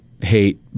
Hate